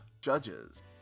judges